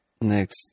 next